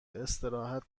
استراحت